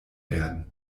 werden